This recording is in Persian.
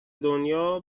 دنیا